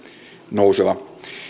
nouseva